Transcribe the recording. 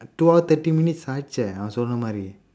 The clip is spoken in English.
two hour thirty minutes